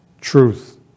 truth